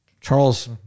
Charles